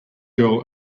girl